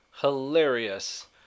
hilarious